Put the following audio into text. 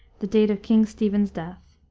the date of king stephen's death.